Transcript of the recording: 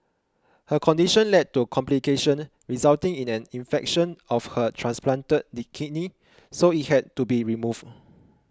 her condition led to complications resulting in an infection of her transplanted kidney so it had to be removed